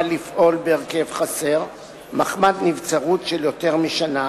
לפעול בהרכב חסר מחמת נבצרות של יותר משנה,